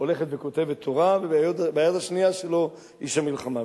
הולכת וכותבת תורה, וביד השנייה שלו, איש המלחמה.